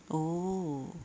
oh